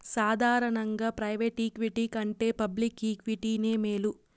సాదారనంగా private equity కంటే public ఈక్విటీనే మేలు